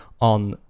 on